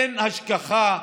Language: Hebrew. אין השגחה,